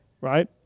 Right